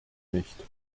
nicht